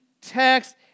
text